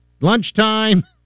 lunchtime